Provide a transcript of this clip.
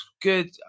good